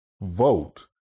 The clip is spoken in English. vote